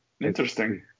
Interesting